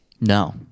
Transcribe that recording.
No